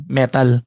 metal